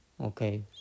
okay